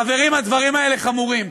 חברים, הדברים האלה חמורים.